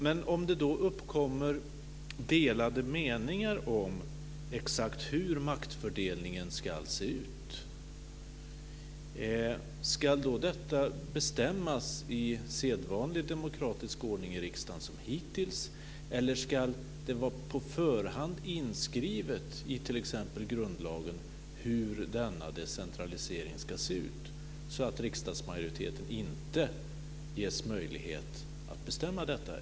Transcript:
Men om det uppkommer delade meningar om exakt hur maktfördelningen ska se ut - ska det då bestämmas i sedvanlig demokratisk ordning i riksdagen som hittills, eller ska det vara på förhand inskrivet i t.ex. grundlagen hur denna decentralisering ska se ut så att riksdagsmajoriteten inte ges möjlighet att bestämma det?